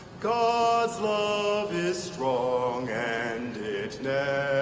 god's love is strong and it never